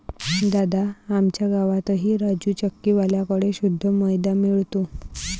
दादा, आमच्या गावातही राजू चक्की वाल्या कड़े शुद्ध मैदा मिळतो